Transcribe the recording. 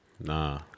Nah